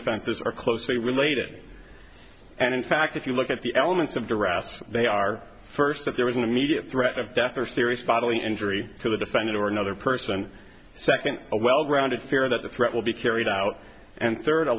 defenses are closely related and in fact if you look at the elements of the raft they are first that there is an immediate threat of death or serious bodily injury to the defendant or another person second a well grounded fear that the threat will be carried out and third a